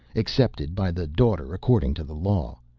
accepted by the daughter according to the law.